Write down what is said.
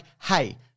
hey